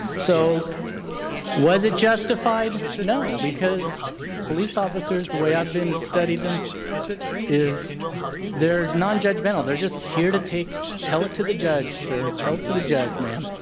so was it justified? no. because police officers the way i have studied them is they are non-judgmental. they are just here to take, tell it to the judge sir, tell it to the judge ma'am.